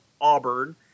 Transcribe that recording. Auburn